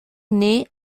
naît